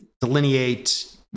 delineate